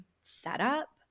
setup